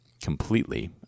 completely